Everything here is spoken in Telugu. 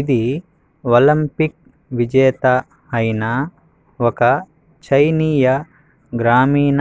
ఇది ఒలంపిక్ విజేత అయిన ఒక చైనీయ గ్రామీణ